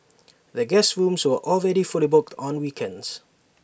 the guest rooms are already fully booked on weekends